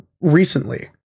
recently